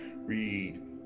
Read